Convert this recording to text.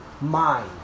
mind